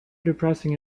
depressing